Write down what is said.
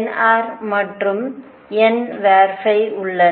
nr மற்றும் n உள்ளன